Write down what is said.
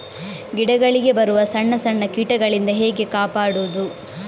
ಗಿಡಗಳಿಗೆ ಬರುವ ಸಣ್ಣ ಸಣ್ಣ ಕೀಟಗಳಿಂದ ಹೇಗೆ ಕಾಪಾಡುವುದು?